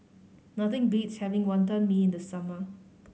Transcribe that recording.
nothing beats having Wonton Mee in the summer